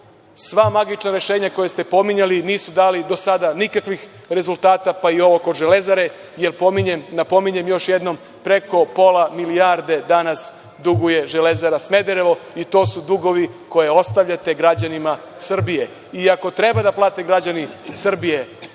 Sva magična rešenja koja ste pominjali nisu dala do sada nikakvih rezultata, pa i ovo kod „Železare“ jer, napominjem još jednom, preko pola milijarde danas duguje „Železara“ Smederevo i to su dugovi koje ostavljate građanima Srbije. I ako treba da plate građani Srbije